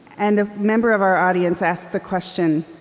and a member of our audience asked the question,